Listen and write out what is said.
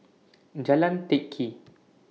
Jalan Teck Kee